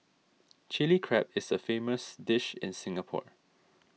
Chilli Crab is a famous dish in Singapore